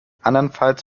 andernfalls